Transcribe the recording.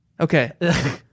Okay